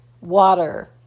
Water